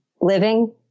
living